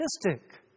statistic